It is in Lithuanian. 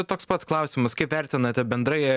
toks pat klausimas kaip vertinate bendrai